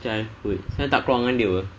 childhood tak keluar dengan dia apa